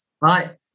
right